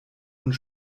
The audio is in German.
und